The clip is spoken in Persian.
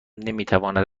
نمیتواند